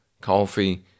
coffee